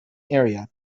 area